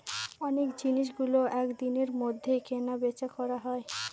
অনেক জিনিসগুলো এক দিনের মধ্যে কেনা বেচা করা হয়